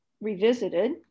Revisited